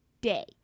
day